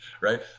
right